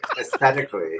aesthetically